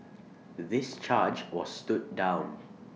this charge was stood down